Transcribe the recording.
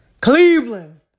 Cleveland